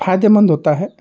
फायदेमंद होता है